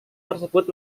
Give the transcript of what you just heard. tersebut